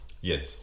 Yes